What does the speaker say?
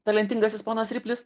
talentingasis ponas riplis